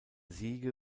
siege